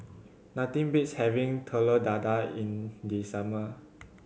nothing beats having Telur Dadah in the summer